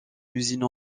l’usine